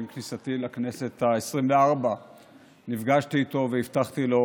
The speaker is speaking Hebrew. עם כניסתי לכנסת העשרים-וארבע נפגשתי איתו והבטחתי לו,